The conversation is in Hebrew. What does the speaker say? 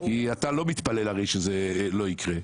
כי אתה לא מתפלל שזה לא יקרה.